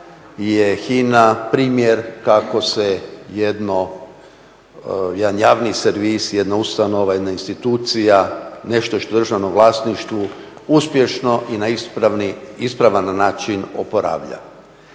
HINA-a primjer kako se jedno, jedan javni servis, jedna ustanova, jedna institucija, nešto što je u državnom vlasništvu uspješno i na ispravan način oporavlja.